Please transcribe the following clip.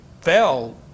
fell